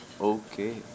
Okay